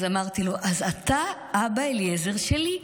אז אמרתי לו: אז אתה אבא אליעזר שלי.